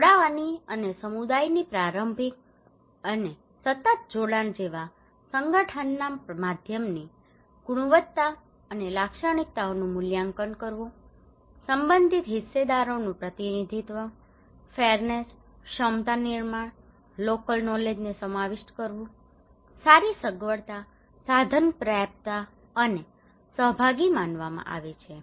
જોડાવાની અને સમુદાયની પ્રારંભિક અને સતત જોડાણ જેવા સંગઠનનાં માધ્યમની ગુણવત્તા અને લાક્ષણિકતાઓનું મૂલ્યાંકન કરવું સંબંધિત હિસ્સેદારોનું પ્રતિનિધિત્વ ફેરનેસ ક્ષમતા નિર્માણ લોકલ નોલેજને સમાવિષ્ટ કરવું સારી સગવડતા સાધન પ્રાપ્યતા આને સહભાગી માનવામાં આવે છે